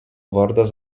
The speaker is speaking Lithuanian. vardas